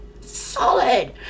solid